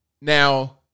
Now